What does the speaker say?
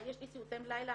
יש לי סיוטים בלילה,